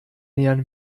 nähern